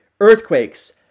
earthquakes